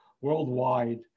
worldwide